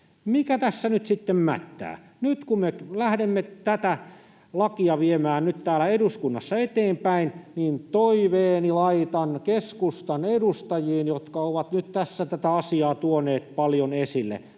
Mikä tässä nyt sitten mättää? Nyt kun me lähdemme tätä lakia viemään täällä eduskunnassa eteenpäin, niin toiveeni laitan keskustan edustajiin, jotka ovat nyt tässä tätä asiaa tuoneet paljon esille.